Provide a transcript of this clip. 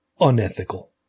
unethical